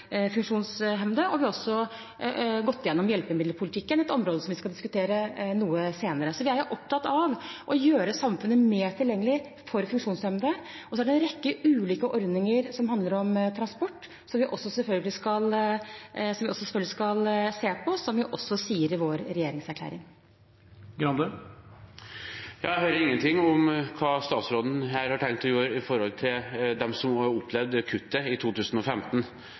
Vi har også gått igjennom hjelpemiddelpolitikken, et område som vi skal diskutere senere i dag. Så vi er opptatt av å gjøre samfunnet mer tilgjengelig for funksjonshemmede. Det er også en rekke ulike ordninger som handler om transport, som vi selvfølgelig skal se på, som vi sier i vår regjeringserklæring. Jeg hører ingenting om hva statsråden har tenkt å gjøre overfor dem som opplevde kuttet i 2015.